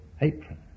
apron